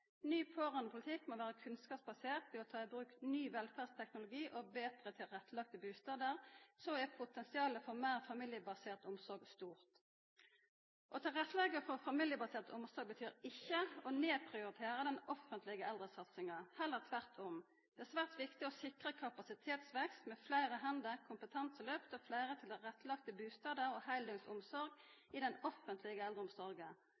Ny pårørandepolitikk må vera kunnskapsbasert. Ved å ta i bruk ny velferdsteknologi og betre tilrettelagde bustader er potensialet for meir familiebasert omsorg stort. Å leggja til rette for familiebasert omsorg betyr ikkje å nedprioritera den offentlege eldresatsinga – heller tvert om. Det er svært viktig å sikra kapasitetsvekst, med fleire hender, kompetanselyft, fleire tilrettelagde bustader og